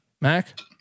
Mac